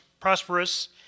prosperous